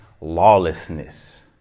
lawlessness